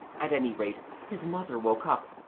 at any rate, his mother woke up,